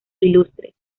ilustres